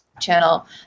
channel